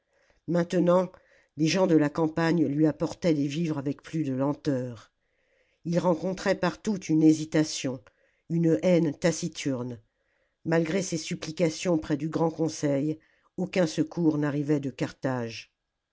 maintenant les gens de la campagne lui apportaient des vivres avec plus de lenteur ii rencontrait partout une hésitation une haine taciturne malgré ses supplications près du grand conseil aucun secours n'arrivait de carthage